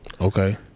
Okay